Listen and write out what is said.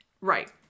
right